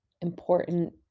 important